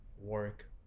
work